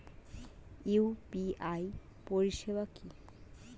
UPI পরিষেবা কি?